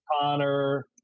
Connor